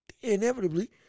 inevitably